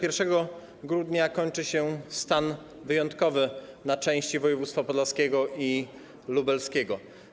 1 grudnia kończy się stan wyjątkowy na części województw podlaskiego i lubelskiego.